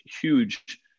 huge